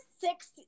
six